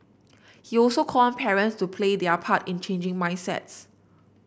he also called on parents to play their part in changing mindsets